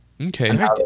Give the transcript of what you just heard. okay